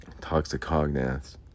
Toxicognaths